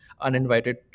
uninvited